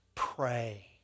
pray